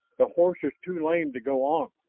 the horse is too lame to go on,